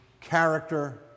character